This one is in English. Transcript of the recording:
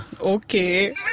Okay